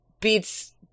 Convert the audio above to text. beats